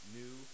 new